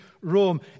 Rome